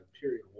period